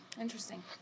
Interesting